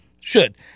Should-